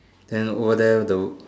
and over there the